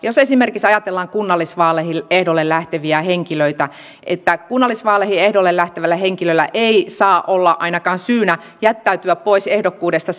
jos esimerkiksi ajatellaan kunnallisvaaleihin ehdolle lähteviä henkilöitä että kunnallisvaaleihin ehdolle lähtevällä henkilöllä ei saa olla ainakaan syynä jättäytyä pois ehdokkuudesta